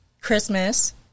Christmas